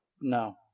No